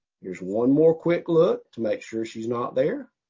here's one more quick look to make sure she's not there.